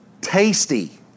tasty